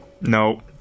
No